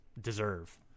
deserve